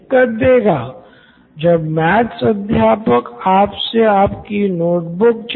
Nitin Kurian COO Knoin electronics एक और कारण हो सकता है की मैं किसी दिन उपस्थित नहीं था प्रोफेसर सही बात